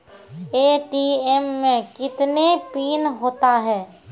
ATM मे कितने PIN होता हैं?